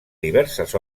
diverses